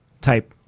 type